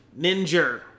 ninja